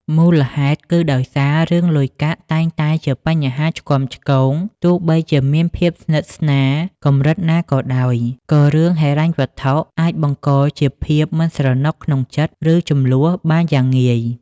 មូលហេតុគឺដោយសារ រឿងលុយកាក់តែងតែជាបញ្ហាឆ្គាំឆ្គង ទោះបីជាមានភាពស្និទ្ធស្នាលកម្រិតណាក៏ដោយ ក៏រឿងហិរញ្ញវត្ថុអាចបង្កជាភាពមិនស្រណុកក្នុងចិត្ត ឬជម្លោះបានយ៉ាងងាយ។